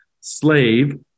slave